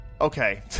Okay